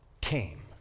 came